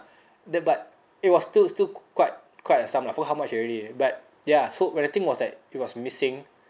the but it was still still quite quite a sum lah food how much already but ya food but the thing was like it was missing